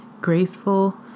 graceful